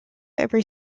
every